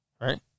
Right